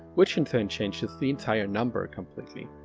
which in turn changes the entire number completely.